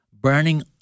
burning